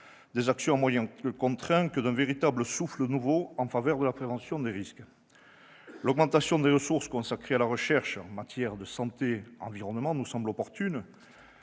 des actions à moyens contraints que d'un véritable souffle nouveau en faveur de la prévention des risques. L'augmentation des ressources consacrées à la recherche en matière de santé-environnement nous semble opportune,